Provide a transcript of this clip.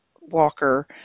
Walker